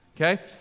Okay